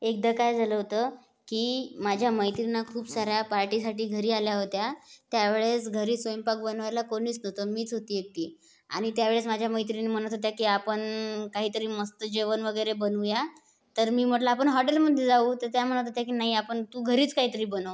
एकदा काय झालं होतं की माझ्या मैत्रिणी खूप साऱ्या पार्टीसाठी घरी आल्या होत्या त्या वेळेस घरी स्वयंपाक बनवायला कोणीच नव्हतं मीच होती एकटी आणि त्या वेळेस माझ्या मैत्रिणी म्हणत होत्या की आपण काहीतरी मस्त जेवण वगैरे बनवू या तर मी म्हटलं आपण हॉटेलमध्ये जाऊ तर त्या म्हणत होत्या की नाही आपण तू घरीच काहीतरी बनव